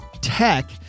tech